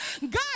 god